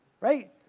right